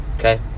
Okay